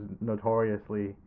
notoriously